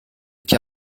cas